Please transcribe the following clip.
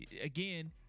again